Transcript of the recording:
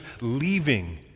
leaving